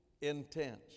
intense